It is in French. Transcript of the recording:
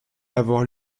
avoir